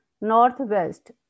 northwest